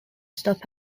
stop